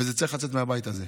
וזה צריך לצאת מהבית הזה.